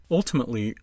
Ultimately